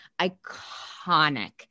Iconic